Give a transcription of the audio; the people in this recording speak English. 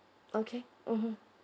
okay mmhmm